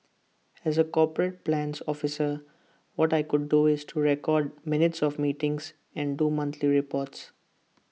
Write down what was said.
as A corporate plans officer what I could do is to record minutes of meetings and do monthly reports